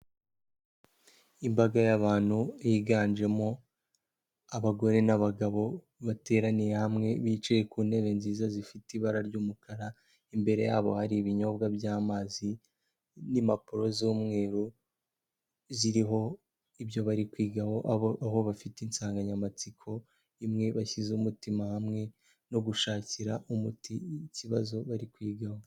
Imbaga y'abantu yiganjemo abagore n'abagabo bateraniye hamwe, bicaye ku ntebe nziza zifite ibara ry'umukara, imbere yabo hari ibinyobwa by'amazi, n'impapuro z'umweru ziriho ibyo bari kwigaho, aho bafite insanganyamatsiko imwe bashyize umutima hamwe no gushakira umuti ikibazo bari kwigaho.